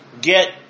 get